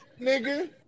nigga